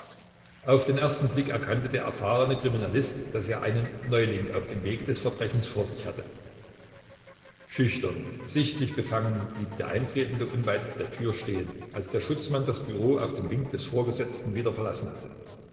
auf den ersten blick erkannte der erfahrene kriminalist daß er einen neuling auf dem wege des verbrechens vor sich hatte schüchtern sichtlich befangen blieb der eintretende unweit der tür stehen als der schutzmann das büro auf den wink des vorgesetzten wieder verlassen hatte